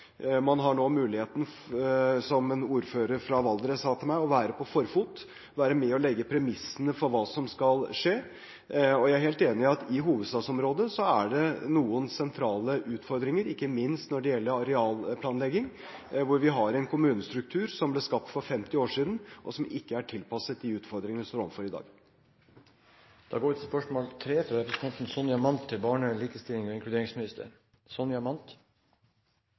Man har nå, som en ordfører fra Valdres sa til meg, muligheten til å være «på forfot», være med og legge premissene for hva som skal skje. Jeg er helt enig i at i hovedstadsområdet er det noen sentrale utfordringer, ikke minst når det gjelder arealplanlegging, med en kommunestruktur som ble skapt for 50 år siden, og som ikke er tilpasset de utfordringene vi står overfor i dag. «1. januar 2015 utløper avtalene for institusjonsplasser i barnevernet. Gjennom budsjettbehandlingen i Stortinget og